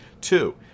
Two